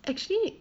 actually